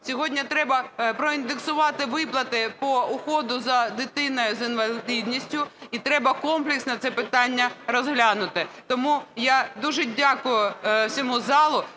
сьогодні треба проіндексувати виплати по догляду за дитиною з інвалідністю і треба комплексно це питання розглянути. Тому я дуже дякую всьому залу,